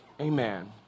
Amen